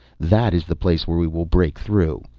that is the place where we will break through.